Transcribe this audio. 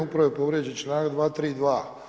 Upravo je povrijeđen članak 232.